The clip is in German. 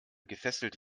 gefesselt